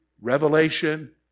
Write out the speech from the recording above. Revelation